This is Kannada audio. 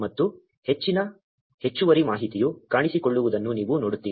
ಮತ್ತು ಹೆಚ್ಚಿನ ಹೆಚ್ಚುವರಿ ಮಾಹಿತಿಯು ಕಾಣಿಸಿಕೊಳ್ಳುವುದನ್ನು ನೀವು ನೋಡುತ್ತೀರಿ